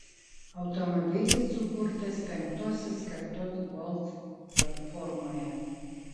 automobilis sukurtas penktosios kartos golf platformoje